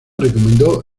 recomendó